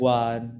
one